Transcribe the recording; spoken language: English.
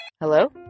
Hello